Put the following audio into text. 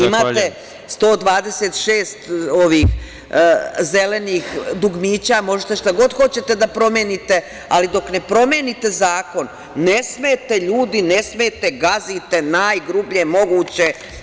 Imate 126 zelenih dugmića, možete šta god hoćete da promenite, ali dok ne promenite zakon, ne smete ljudi, ne smete, gazite najgrublje moguće.